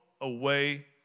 away